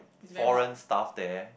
foreign staff there